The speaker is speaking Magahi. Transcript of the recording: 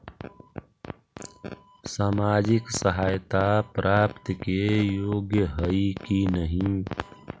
सामाजिक सहायता प्राप्त के योग्य हई कि नहीं?